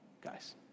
guys